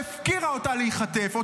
שהפקירה אותה להיחטף,